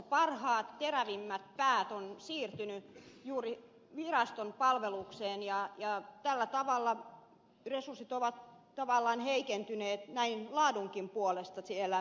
parhaat terävimmät päät ovat siirtyneet juuri viraston palvelukseen ja tällä tavalla resurssit ovat tavallaan heikentyneet näin laadunkin puolesta siellä viranomaispuolella